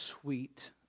sweet